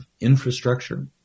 infrastructure